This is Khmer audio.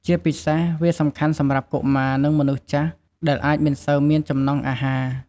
ជាពិសេសវាសំខាន់សម្រាប់កុមារ និងមនុស្សចាស់ ដែលអាចមិនសូវមានចំណង់អាហារ។